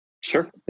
Sure